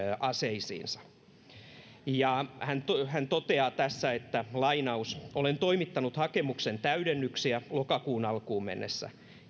aseisiinsa hän hän toteaa tässä olen toimittanut hakemuksen täydennyksiä lokakuun alkuun mennessä